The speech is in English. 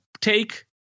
Take